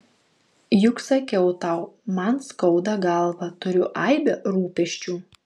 juk sakiau tau man skauda galvą turiu aibę rūpesčių